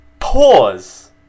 Pause